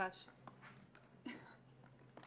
ביקשנו